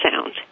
sound